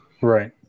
Right